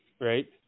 Right